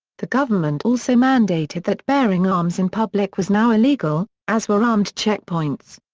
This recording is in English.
the government also mandated that bearing arms in public was now illegal, as were armed checkpoints.